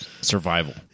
Survival